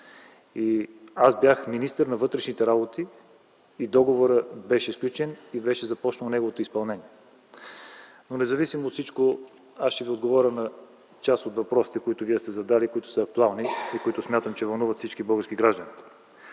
станах министър на вътрешните работи и договорът беше сключен, беше започнало неговото изпълнение. Но независимо от всичко аз ще Ви отговоря на част от въпросите, които Вие сте задали, които са актуални, и които смятам, че вълнуват всички български граждани.